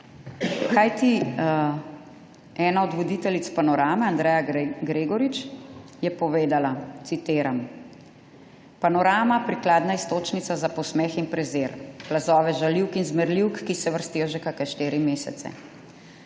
Kajti ena od voditeljic Panorame Andreja Gregorič je povedala, citiram: »Panorama − prikladna iztočnica za posmeh in prezir, plazove žaljivk in zmerljivk, ki se vrstijo že kake štiri mesece.